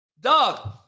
dog